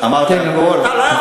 אמרת הכול?